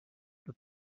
that